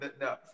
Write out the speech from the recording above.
no